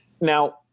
now